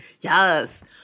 Yes